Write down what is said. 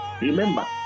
Remember